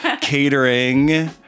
catering